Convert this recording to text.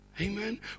Amen